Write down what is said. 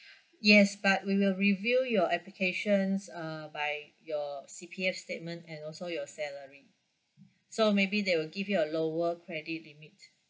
yes but we will review your applications uh by your C_P_F statement and also your salary so maybe they will give you a lower credit limit